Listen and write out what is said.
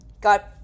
Got